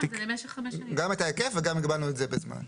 גם את ההיקף וגם הגבלנו את זה בזמן.